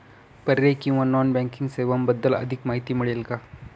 पर्यायी किंवा non banking सेवांबद्दल अधिक माहिती मिळेल का?